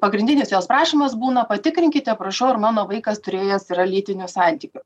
pagrindinis jos prašymas būna patikrinkite prašau ar mano vaikas turėjęs yra lytinių santykių